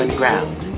ground